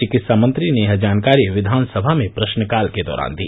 चिकित्सा मंत्री ने यह जानकारी विवानसभा में प्रश्नकाल के दौरान दी